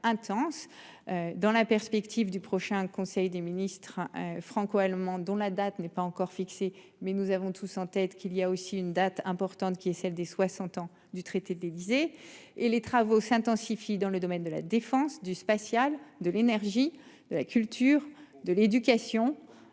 Dans la perspective du prochain conseil des ministres franco-allemand, dont la date n'est pas encore fixée, mais nous avons tous en tête qu'il y a aussi une date importante qui est celle des 60 ans. Du traité de l'Élysée et les travaux s'intensifie dans le domaine de la défense du spatial de l'énergie de la culture de l'éducation.